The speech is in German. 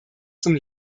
zum